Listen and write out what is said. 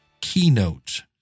keynote